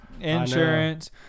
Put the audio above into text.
insurance